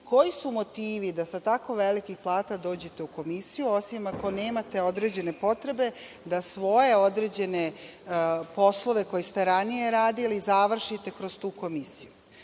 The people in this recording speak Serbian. koji su motivi da sa tako velikih plata dođete u komisiju osim ako nemate određene potrebe da svoje određene poslove koje ste ranije radili završite kroz tu komisiju? Tako